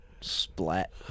Splat